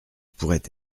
pourrait